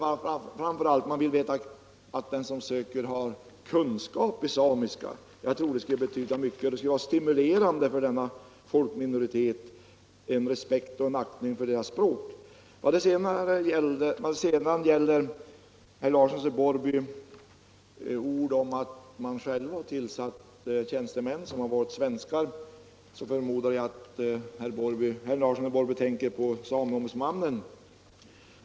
Men framför allt bör det vara värdefullt att vederbörande har kunskap i samiska. Jag tror att det skulle vara stimulerande för denna folkminoritet att man visar en sådan respekt för deras språk. Vad sedan gäller herr Larssons i Borrby ord om att samerna själva tillsatt tjänstemän som varit svenskar förmodar jag att herr Larsson tänker på sameombudsmannen.